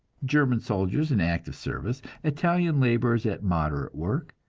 german soldiers in active service, italian laborers at moderate work,